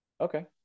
okay